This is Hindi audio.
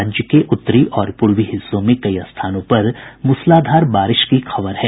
राज्य के उत्तरी और पूर्वी हिस्सों में कई स्थानों पर मूसलाधार बारिश की खबर है